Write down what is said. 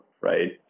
right